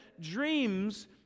dreams